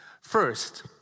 First